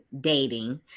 dating